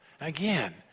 Again